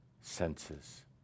senses